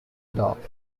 dock